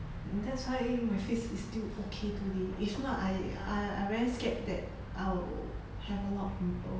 that's why my face is still okay today if not I I very scared that I'll have a lot of pimples